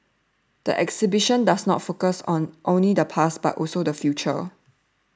the exhibition does not focus on only the past but also the future